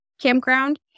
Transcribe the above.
campground